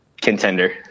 contender